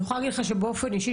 אני יכולה להגיד לך באופן אישי,